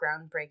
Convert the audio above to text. groundbreaking